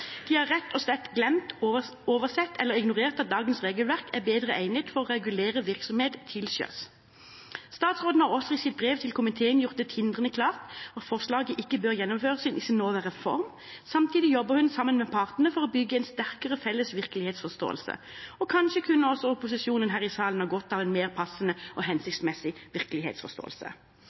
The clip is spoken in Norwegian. De har rett og slett glemt, oversett eller ignorert at dagens regelverk er bedre egnet for å regulere virksomhet til sjøs. Statsråden har også i sitt brev til komiteen gjort det tindrende klart at forslaget ikke bør gjennomføres i sin nåværende form. Samtidig jobber hun sammen med partene for å bygge en sterkere felles virkelighetsforståelse. Kanskje kunne også opposisjonen her i salen ha godt av en mer passende og hensiktsmessig virkelighetsforståelse.